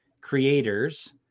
creators